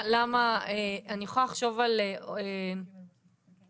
אני יכולה לחשוב על מקרים,